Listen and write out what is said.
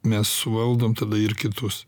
mes suvaldom tada ir kitus